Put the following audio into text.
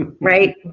right